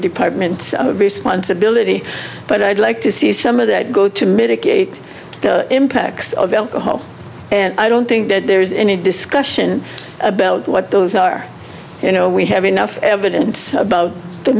department of responsibility but i'd like to see some of that go to mitigate the impacts of alcohol and i don't think that there's any discussion about what those are you know we have enough evidence about the